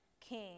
king